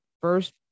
First